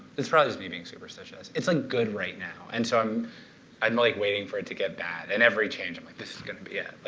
it's probably just me being superstitious. it's like good right now. and so i'm i'm like waiting for it to get bad. and every change, i'm like, this is going to be it.